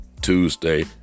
Tuesday